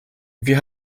wir